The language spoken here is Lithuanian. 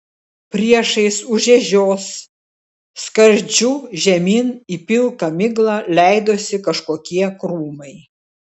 priešais už ežios skardžiu žemyn į pilką miglą leidosi kažkokie krūmai